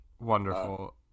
Wonderful